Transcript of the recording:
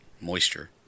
moisture